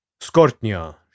Skortnia